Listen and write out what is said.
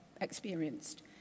experienced